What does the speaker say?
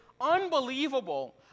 unbelievable